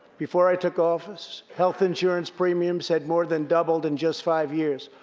before i took office, health insurance premiums had more than doubled in just five years.